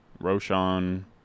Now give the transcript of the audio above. Roshan